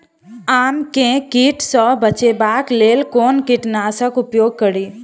आम केँ कीट सऽ बचेबाक लेल कोना कीट नाशक उपयोग करि?